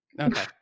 Okay